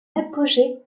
apogée